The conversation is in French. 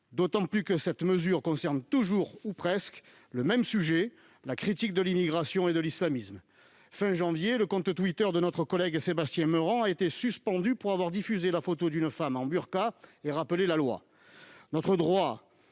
d'autant que cette mesure concerne toujours, ou presque, le même sujet : la critique de l'immigration et de l'islamisme. À la fin du mois de janvier, le compte Twitter de notre collègue Sébastien Meurant a ainsi été suspendu pour avoir diffusé la photo d'une femme en burqa et rappelé la loi.